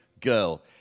girl